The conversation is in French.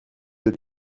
êtes